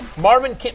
Marvin